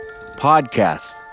podcast